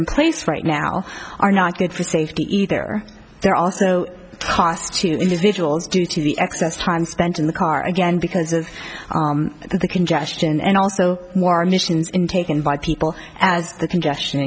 in place right now are not good for safety either there are also costs to individuals due to the excess time spent in the car again because of the congestion and also more emissions in taken by people as the congestion